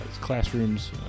classrooms